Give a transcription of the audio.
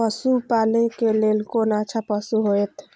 पशु पालै के लेल कोन अच्छा पशु होयत?